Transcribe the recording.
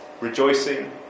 Rejoicing